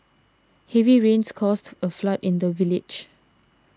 heavy rains caused a flood in the village